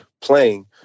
playing